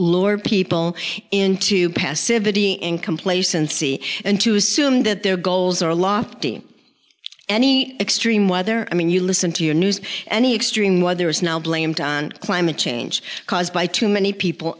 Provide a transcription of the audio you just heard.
lure people into passive a d n complacency and to assume that their goals are locked in any extreme weather i mean you listen to your news any extreme weather is now blamed on climate change caused by too many people